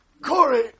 Corey